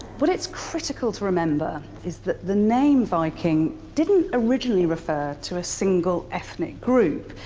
what it's critical to remember is that the name viking didn't originally refer to a single ethnic group.